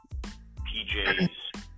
PJ's